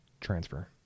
transfer